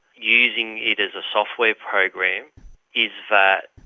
using it as a software program is that,